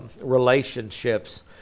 relationships